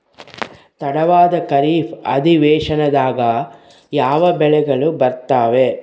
ತಡವಾದ ಖಾರೇಫ್ ಅಧಿವೇಶನದಾಗ ಯಾವ ಬೆಳೆಗಳು ಬರ್ತಾವೆ?